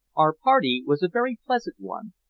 our party was a very pleasant one,